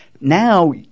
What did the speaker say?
Now